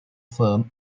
firm